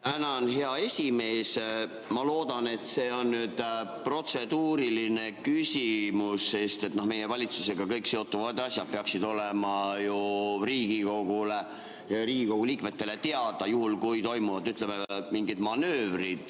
Tänan, hea esimees! Ma loodan, et see on nüüd protseduuriline küsimus, sest kõik meie valitsusega seotud asjad peaksid olema ju Riigikogule, Riigikogu liikmetele teada, juhul kui toimuvad mingid manöövrid.